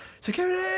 Security